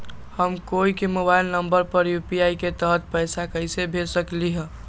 हम कोई के मोबाइल नंबर पर यू.पी.आई के तहत पईसा कईसे भेज सकली ह?